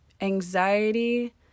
Anxiety